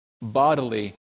bodily